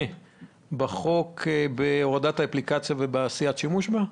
בחוק בהורדת האפליקציה או בעשיית שימוש בה?